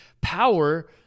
power